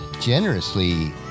generously